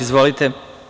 Izvolite.